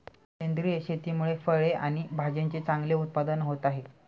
सेंद्रिय शेतीमुळे फळे आणि भाज्यांचे चांगले उत्पादन होत आहे